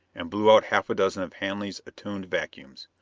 and blew out half a dozen of hanley's attuned vacuums.